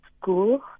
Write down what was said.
school